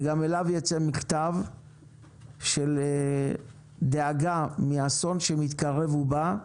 וגם אליו יצא מכתב של דאגה מאסון שמתקרב ובא,